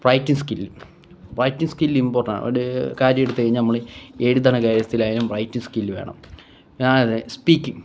practice skill practice skill ഇമ്പോട്ടൻറ്റാണ് ഒരു കാര്യം എടുത്ത് കഴിഞ്ഞാല് നമ്മള് എഴുതുന്ന കേസിലായലും റൈറ്റിങ് സ്കില് വേണം അത് സ്പീക്കിങ്